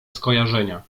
skojarzenia